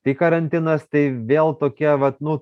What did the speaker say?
tai karantinas tai vėl tokia vat nu